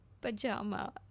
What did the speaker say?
pajama